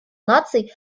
наций